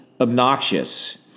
obnoxious